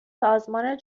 سازمان